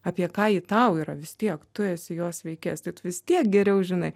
apie ką ji tau yra vis tiek tu esi jos veikėjas tai tu vis tiek geriau žinai